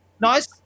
Nice